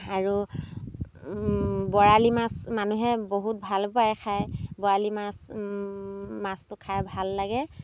আৰু বৰালি মাছ মানুহে বহুত ভালো পায় খায় বৰালি মাছ মাছটো খাই ভাল লাগে